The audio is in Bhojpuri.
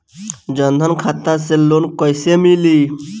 जन धन खाता से लोन कैसे मिली?